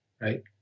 Right